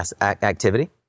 activity